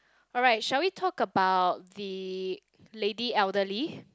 alright should we talk about the lady elderly